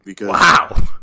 Wow